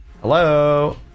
hello